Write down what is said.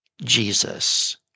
Jesus